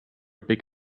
big